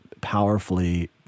powerfully